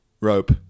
rope